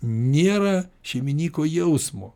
nėra šeiminyko jausmo